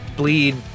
bleed